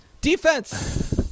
Defense